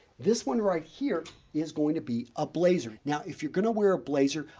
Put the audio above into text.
this one right here is going to be a blazer. now, if you're going to wear a blazer,